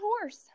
horse